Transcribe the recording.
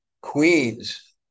queens